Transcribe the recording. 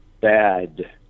bad